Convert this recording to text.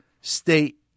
state